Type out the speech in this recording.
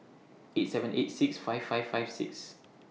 eight seven eight six five five five six